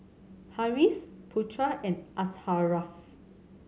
Harris Putra and Asharaff